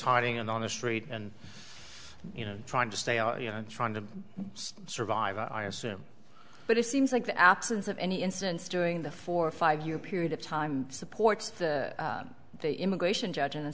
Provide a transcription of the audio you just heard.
hiding and on the street and you know trying to stay out you know trying to survive i assume but it seems like the absence of any incidents during the four or five year period of time supports the immigration judge and